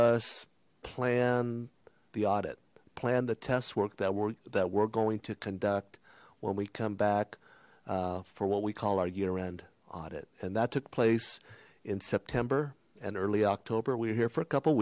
us plan the audit plan the tests work that were that we're going to conduct when we come back for what we call our year end audit and that took place in september and early october we were here for a couple